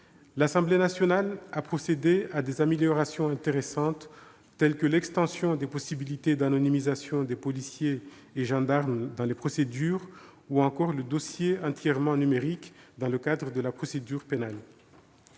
L'Assemblée nationale a procédé à des améliorations intéressantes telles que l'extension des possibilités d'anonymisation des policiers et gendarmes dans les procédures ou encore le dossier entièrement numérique dans le cadre de la procédure pénale.